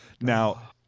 Now